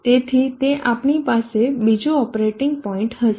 તેથી તે આપણી પાસે બીજુ ઓપરેટિંગ પોઇન્ટ હશે